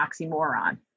oxymoron